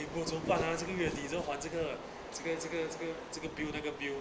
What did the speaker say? !hey! boss 怎么办 ah 这个月 dessert 换这个这个这个这个这个 bill 那个 bill